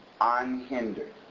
unhindered